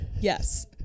Yes